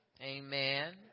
Amen